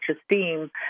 esteem